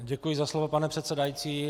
Děkuji za slovo, pane předsedající.